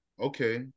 Okay